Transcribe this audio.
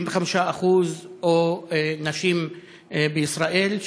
65% ושיעור תעסוקת נשים בישראל,